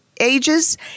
ages